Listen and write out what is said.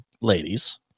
ladies